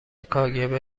kgb